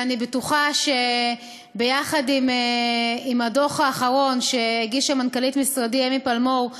ואני בטוחה שביחד עם הדוח האחרון שהגישה מנכ"לית משרדי אמי פלמור,